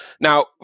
Now